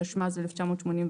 התשמ"ז-1987.